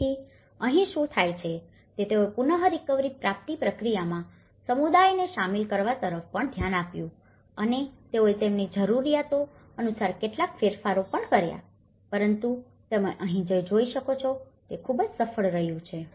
તેથી અહીં શું થાય છે તે તેઓએ પુનરીકવરી પ્રાપ્તિ પ્રક્રિયામાં સમુદાયને શામેલ કરવા તરફ પણ ધ્યાન આપ્યું અને તેઓએ તેમની જરૂરિયાતો અનુસાર કેટલાક ફેરફારો પણ કર્યા પરંતુ તમે અહીં જે જોઈ શકો છો તે ખૂબ જ સફળ રહ્યું છે